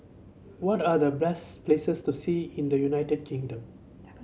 what are the best places to see in the United Kingdom